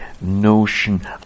notion